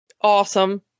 Awesome